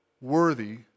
worthy